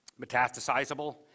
metastasizable